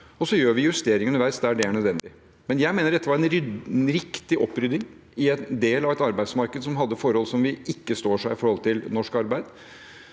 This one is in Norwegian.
og så gjør vi justeringer underveis der det er nødvendig. Jeg mener dette var en riktig opprydding i en del av et arbeidsmarked som hadde forhold som ikke står seg når det gjelder norsk arbeid.